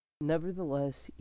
nevertheless